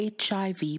HIV